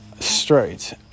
Straight